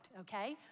okay